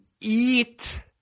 eat